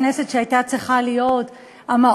הכנסת שהייתה צריכה להיות המעוז,